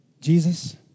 Jesus